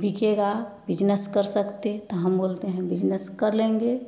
बिकेगा बिज़नस कर सकते तो हम बोलते हैं बिज़नस कर लेंगे